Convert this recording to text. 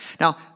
Now